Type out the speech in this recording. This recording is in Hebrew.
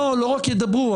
לא רק ידברו.